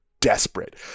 desperate